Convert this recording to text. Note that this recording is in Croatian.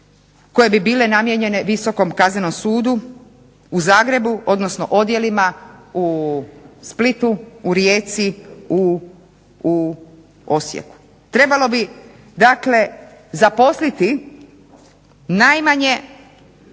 koje bi bile namijenjene Visokom kaznenom sudu u Zagrebu, odnosno odjelima u Splitu, u Rijeci, u Osijeku. Trebalo bi dakle zaposliti najmanje